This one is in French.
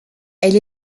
elle